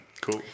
Cool